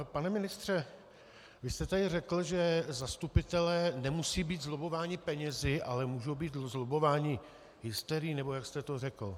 Pane ministře, vy jste tady řekl, že zastupitelé nemusí být zlobbováni penězi, ale můžou být zlobbováni hysterií, nebo jak jste to řekl.